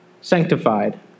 sanctified